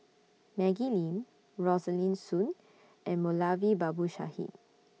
Maggie Lim Rosaline Soon and Moulavi Babu Sahib